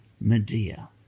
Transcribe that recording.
Medea